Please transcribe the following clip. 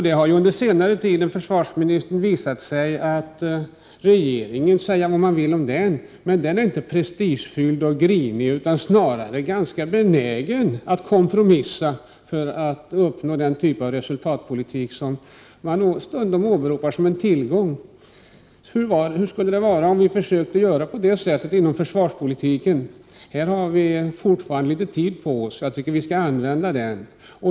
Det har ju under senare tid visat sig att regeringen inte är prestigefylld och grinig, säga vad man vill om den. Regeringen är snarare ganska benägen att kompromissa för att uppnå den typ av resultatpolitik som man stundom åberopar som en tillgång. Hur skulle det vara om vi försökte göra på det sättet inom försvarspolitiken? Här har vi fortfarande litet tid på oss. Jag tycker vi skall använda den.